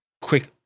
quick